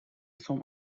some